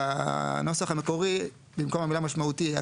בנוסח המקורי במקום המילה "משמעותי" היה